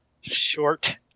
short